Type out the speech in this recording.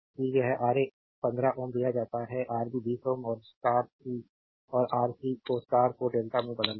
कि यह है Ra 15 Ω दिया जाता है आरबी 20 Ω और आर सी को स्टार को डेल्टा में बदलना है